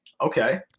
Okay